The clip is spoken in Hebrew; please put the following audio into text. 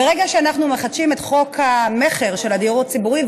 ברגע שאנחנו מחדשים את חוק המכר של הדיור הציבורי,